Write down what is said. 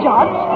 Judge